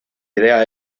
idea